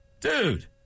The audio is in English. dude